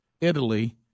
Italy